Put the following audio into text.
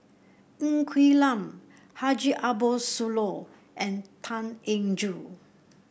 Ng Quee Lam Haji Ambo Sooloh and Tan Eng Joo